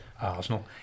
Arsenal